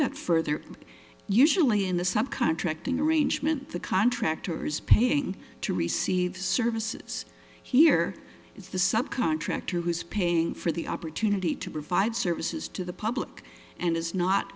that further usually in the sub contracting arrangement the contractors paying to receive services here is the sub contractor who's paying for the opportunity to provide services to the public and is not